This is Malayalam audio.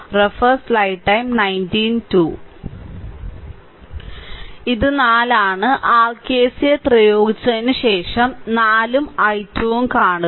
ഇത് 4 ആണ് r KCL പ്രയോഗിച്ചതിന് ശേഷം 4 ഉം i2 ഉം കാണുക